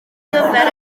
gyfer